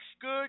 good